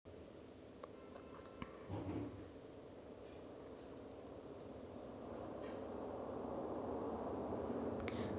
मासेमारी म्हणजे मासे आणि इतर जलचर प्राण्यांच्या आधीच अस्तित्वात असलेल्या लोकसंख्येची कापणी